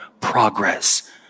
progress